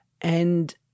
And-